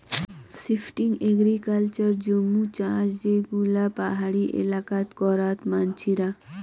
shifting agriculture জুম চাষ যে গুলো পাহাড়ি এলাকাত করাত মানসিরা